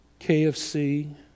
KFC